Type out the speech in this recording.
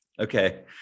Okay